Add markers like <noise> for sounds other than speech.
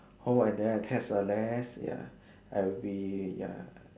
home and then the tax are less ya <breath> I will be ya